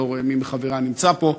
אני לא רואה מי מחבריה נמצא פה: